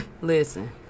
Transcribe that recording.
Listen